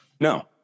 No